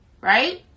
right